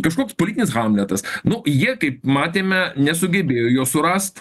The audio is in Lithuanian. kažkoks politinis hamletas nu jie kaip matėme nesugebėjo jo surast